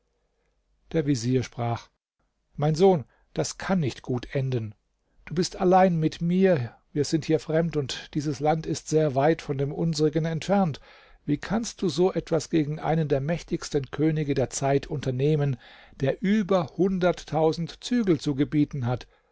der vezier sprach mein sohn das kann nicht gut enden du bist allein mit mir wir sind hier fremd und dieses land ist sehr weit von dem unsrigen entfernt wie kannst du so etwas gegen einen der mächtigsten könige der zeit unternehmen der über hunderttausend zügel zu gebieten hat